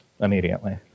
immediately